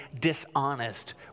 dishonest